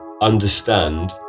understand